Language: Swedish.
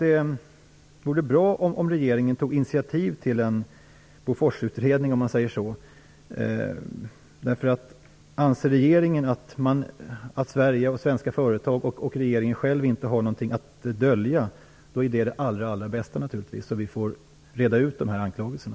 Det vore bra om regeringen tog initiativ till en utredning liknande Boforsutredningen. Om man anser att Sverige, svenska företag och regeringen själv inte har något att dölja är det naturligtvis det allra bästa, så att vi får reda ut anklagelserna.